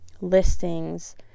listings